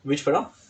which padam